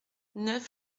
neuf